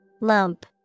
Lump